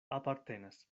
apartenas